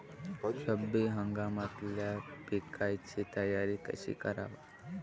रब्बी हंगामातल्या पिकाइची तयारी कशी कराव?